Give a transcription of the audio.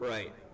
Right